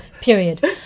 period